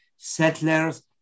settlers